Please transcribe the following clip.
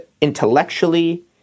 intellectually